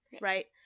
right